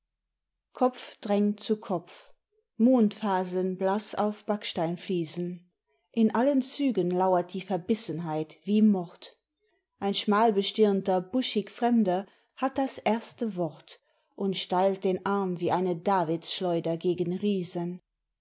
kopf drängt zu kopf mondphasen blass auf backsteinfliesen in allen zügen lauert die verbissenheit wie mord ein schmalbestirnter buschig fremder hat das erste wort und stellt den arm wie eine davidsschleuder gegen riesen